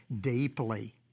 deeply